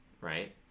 right